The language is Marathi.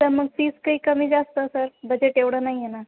सर मग फिज काही कमी जास्त सर बजेट एवढं नाही आहे ना